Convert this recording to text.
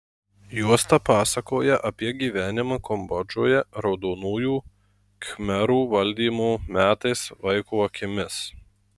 juosta pasakoja apie gyvenimą kambodžoje raudonųjų khmerų valdymo metais vaiko akimis